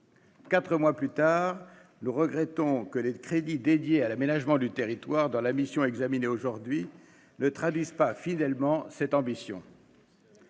Cinq mois plus tard, nous regrettons que les crédits dédiés à l'aménagement du territoire dans la mission examinée aujourd'hui ne traduisent pas fidèlement cette ambition.